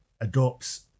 adopts